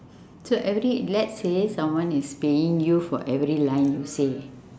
so every let's say someone is paying you for every line you say